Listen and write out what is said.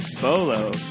Bolo